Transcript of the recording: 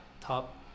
top